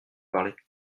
parler